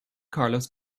carlos